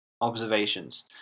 observations